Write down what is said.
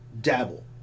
dabble